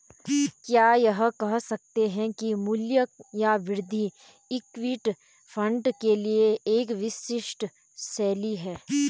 क्या यह कह सकते हैं कि मूल्य या वृद्धि इक्विटी फंड के लिए एक विशिष्ट शैली है?